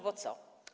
Bo co?